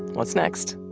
what's next?